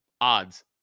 odds